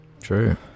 True